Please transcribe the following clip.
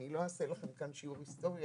אני לא אעשה לכם כאן שיעור היסטוריה,